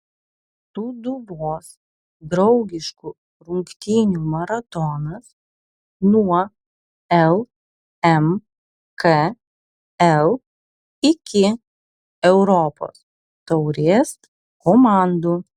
sūduvos draugiškų rungtynių maratonas nuo lmkl iki europos taurės komandų